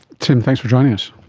tim, thanks for joining us.